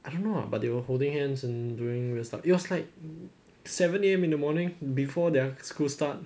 I don't know but they were holding hands and doing stuff it was like seven A_M in the morning before their school start